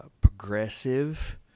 progressive